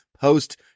post